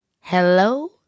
Hello